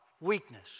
Weakness